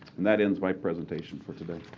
and that ends my presentation for today.